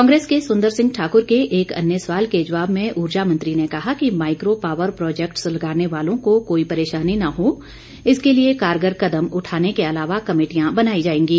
कांग्रेस के सुंदर सिंह ठाकुर के एक अन्य सवाल के जवाब में ऊर्जा मंत्री ने कहा कि माइक्रो पावर प्रोजेक्ट्स लगाने वालों को कोई परेशानी न हो इसके लिए कारगर कदम उठाने के अलावा कमेटियां बनाई जाएंगी